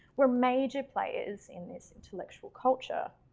were major players in this intellectual culture.